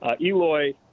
Eloy